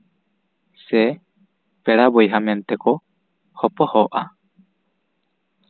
ᱥᱮ ᱯᱮᱲᱟ ᱵᱚᱭᱦᱟ ᱢᱮᱱ ᱛᱮᱠᱚ ᱦᱚᱯᱚᱦᱚᱜᱼᱟ